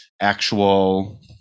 actual